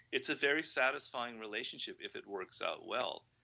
it's a very satisfying relationship if it works out well,